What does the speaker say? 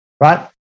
right